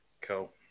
Cool